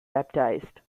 baptized